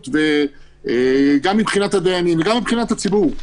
גם מבחינת הדיינים וגם מבחינת ציבור,